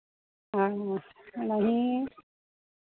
हाँ नहीं